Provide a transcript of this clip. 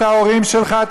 את ההורים שלך,